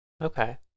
okay